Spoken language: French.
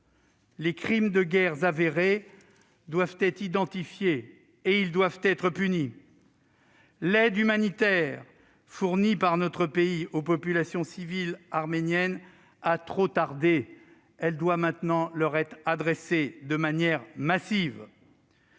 Les crimes de guerre avérés doivent être identifiés et punis. L'aide humanitaire fournie par notre pays aux populations civiles arméniennes a trop tardé ; elle doit maintenant leur être adressée de manière massive.